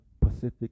Pacific